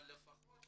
אבל לפחות